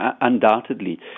undoubtedly